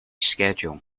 schedule